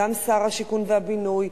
גם שר השיכון והבינוי,